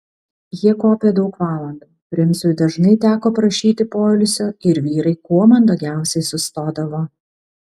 jie kopė daug valandų princui dažnai teko prašyti poilsio ir vyrai kuo mandagiausiai sustodavo